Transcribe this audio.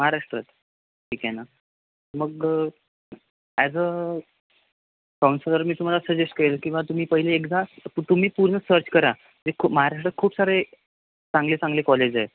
महाराष्ट्रात ठीक आहे ना मग ॲज अ कॉन्सलर मी तुम्हाला सजेस्ट करेन की बुवा तुम्ही पहिले एकदा तर तुम्ही पूर्ण सर्च करा ते खूप महाराष्ट्रात खूप सारे चांगले चांगले कॉलेज आहे